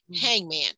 hangman